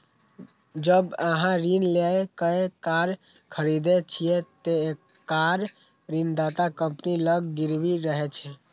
जब अहां ऋण लए कए कार खरीदै छियै, ते कार ऋणदाता कंपनी लग गिरवी रहै छै